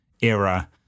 era